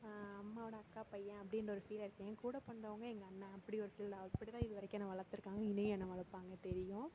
அம்மாவோடய அக்கா பையன் அப்படின்ற ஒரு ஃபீல் இல்லை எங்கூட பொறந்தவங்க எங்கள் அண்ணன் அப்படி ஒரு பிள்ளை அப்படி தான் இது வரைக்கும் என்னை வளர்த்துருக்காங்க இனியும் என்னை வளர்ப்பாங்கன்னு தெரியும்